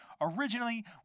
Originally